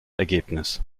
ergebnis